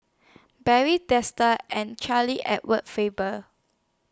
Barry Desker and Charles Edward Faber